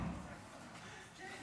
שלוש